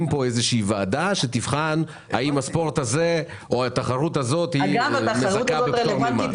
פה ועדה שתבחן האם הספורט הזה או התחרות הזאת מזכה בפטור ממס.